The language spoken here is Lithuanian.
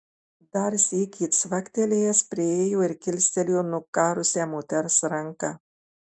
dar sykį cvaktelėjęs priėjo ir kilstelėjo nukarusią moters ranką